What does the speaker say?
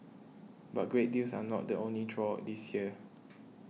but great deals are not the only draw this year